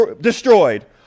destroyed